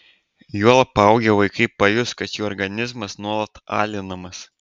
juolab paaugę vaikai pajus kad jų organizmas nuolat alinamas